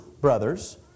brothers